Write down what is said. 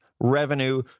revenue